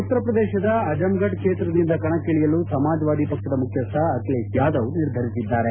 ಉತ್ತರ ಪ್ರದೇಶದ ಅಜಂಘಡ್ ಕ್ಷೇತ್ರದಿಂದ ಕಣಕ್ಕಿಳಿಯಲು ಸಮಾಜವಾದಿ ಪಕ್ಷದ ಮುಖ್ಚಿಸ್ಟ ಅಖಿಲೇಶ್ ಯಾದವ್ ನಿರ್ಧರಿಸಿದ್ದಾರೆ